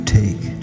take